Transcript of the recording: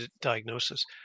diagnosis